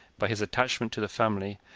by his attachment to the family,